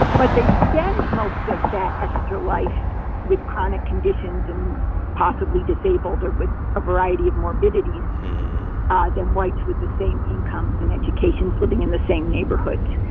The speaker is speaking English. but they spend most of that extra life with chronic conditions and possibly disabled or with a variety of morbidities than whites with the same incomes and educations living in the same neighborhoods.